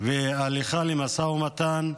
והליכה למשא ומתן,